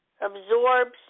absorbs